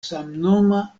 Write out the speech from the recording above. samnoma